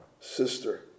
Sister